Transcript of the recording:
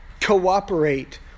Cooperate